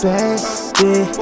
Baby